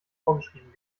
vorgeschrieben